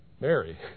Mary